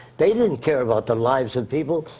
they didn't care about the lives of people.